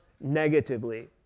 negatively